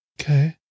Okay